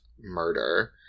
murder